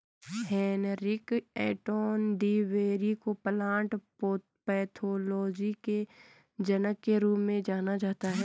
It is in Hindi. हेनरिक एंटोन डी बेरी को प्लांट पैथोलॉजी के जनक के रूप में जाना जाता है